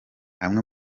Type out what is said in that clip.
amwe